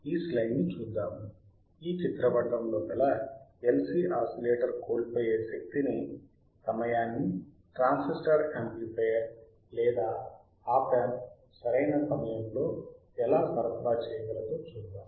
ఈ స్స్లైడ్ ని చూద్దాము ఈ చిత్రపటములో గల LC ఆసిలేటర్ కోల్పోయే శక్తిని సమయాన్ని ట్రాన్సిస్టర్ యాంప్లిఫయర్ లేదా ఆప్ యాంప్ సరైన సమయంలో ఎలా సరఫరా చేయగలదో చూద్దాం